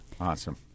Awesome